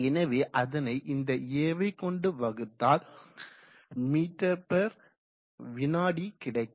எனவே அதனை இந்த Aவைக்கொண்டு வகுத்தால் மீவி ms கிடைக்கும்